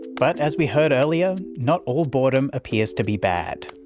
but as we heard earlier, not all boredom appears to be bad.